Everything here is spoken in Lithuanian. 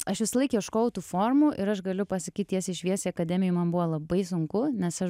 aš visąlaik ieškau tų formų ir aš galiu pasakyt tiesiai šviesiai akademijoj man buvo labai sunku nes aš